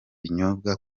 binyobwa